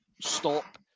stop